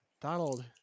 Donald